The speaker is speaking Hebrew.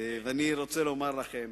ואני רוצה לומר לכם,